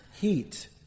heat